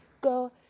go